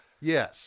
yes